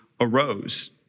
arose